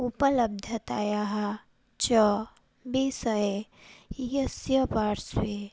उपलब्धतायाः च विषये इयस्य पार्श्वे